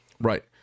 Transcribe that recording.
right